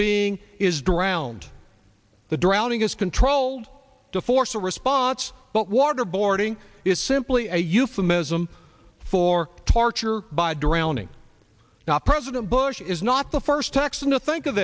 being is drowned the drowning is controlled to force a response but waterboarding is simply a euphemism for torture by drowning not president bush is not the first texan to think of